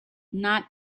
not